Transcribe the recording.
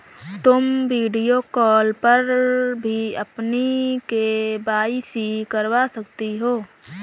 तुम video call पर भी अपनी के.वाई.सी करवा सकती हो